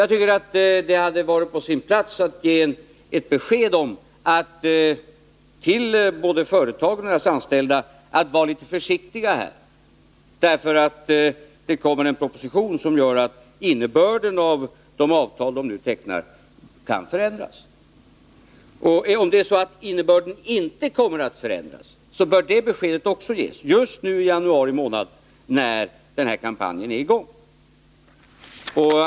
Jag tycker att det hade varit på sin plats att ge ett besked till både företagen och deras anställda om att de bör vara litet försiktiga här, därför att det kommer en proposition som gör att innebörden av de avtal som de nu tecknar kan förändras. Om det är så att innebörden inte kommer att förändras, bör det beskedet också ges just nu i januari månad när den här kampanjen är i gång.